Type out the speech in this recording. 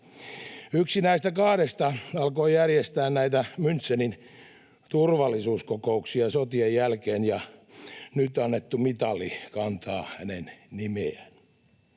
Yksi näistä kahdesta alkoi järjestää näitä Münchenin turvallisuuskokouksia sotien jälkeen, ja nyt annettu mitali kantaa hänen nimeään.